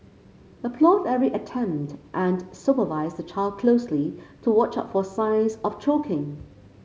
applaud every attempt and supervise the child closely to watch out for signs of choking